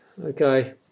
Okay